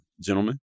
gentlemen